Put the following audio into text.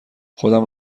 خودم